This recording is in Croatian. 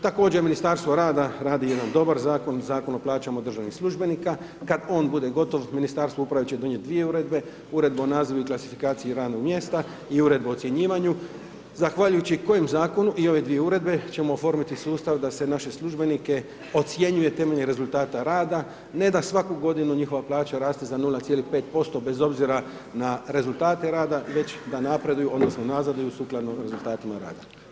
Također Ministarstvo rada radi jedan dobar zakon, Zakon o plaćama državnim službenika, kada on bude gotov, Ministarstvo uprave će donijeti dvije uredbe, uredbom o nazivu i klasifikaciji radnih mjesta i uredbe o ocjenjivanju, zahvaljujući kojem zakonu i ove dvije uredbe ćemo oformiti sustav, da se naše službenike ocjenjuje temeljem rezultata rada, ne da svaku godinu njihova plaća raste za 0,5% bez obzira na rezultate rada, već da napreduju, odnosno, nazaduju sukladno rezultatima rada.